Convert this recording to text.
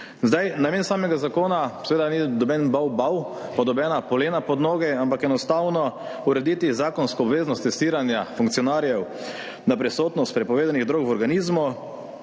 leto. Namen samega zakona seveda ni noben bav bav, nobena polena pod noge, ampak enostavno urediti zakonsko obveznost testiranja funkcionarjev na prisotnost prepovedanih drog v organizmu.